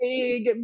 big